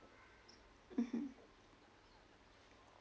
mmhmm